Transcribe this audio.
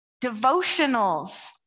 Devotionals